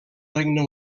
regne